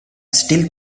still